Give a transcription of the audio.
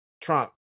Trump